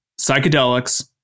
psychedelics